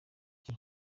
iki